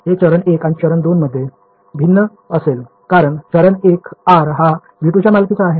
तर ते चरण 1 आणि चरण 2 मध्ये भिन्न असेल कारण चरण 1 r हा V2 च्या मालकीचा आहे